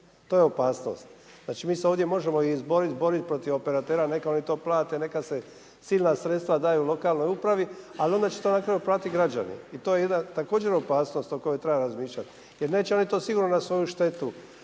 To je opasnost. Znači, mi se ovdje možemo izboriti protiv operatera, neka oni to plate, neka se silna sredstva daju lokalnoj upravi, ali onda će to na kraju platiti građani, i to je jedna također opasnost o kojoj treba razmišljati jer neće oni to sigurno na svoju štetu